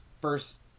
first